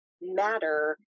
matter